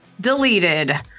deleted